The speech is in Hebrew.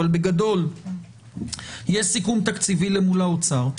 אבל בגדול יש סיכום תקציבי למול האוצר.